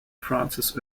frances